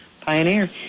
Pioneer